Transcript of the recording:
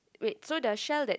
wait so does shell that